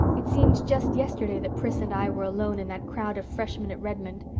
it seems just yesterday that pris and i were alone in that crowd of freshmen at redmond.